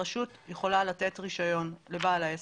הרשות יכולה לתת רישיון לבעל העסק.